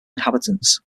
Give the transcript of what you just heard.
inhabitants